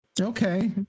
Okay